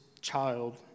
child